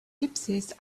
gypsies